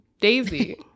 Daisy